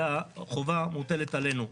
והחובה מוטלת עלינו.